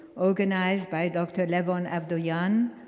organized by dr. levon avdoyan.